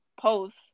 post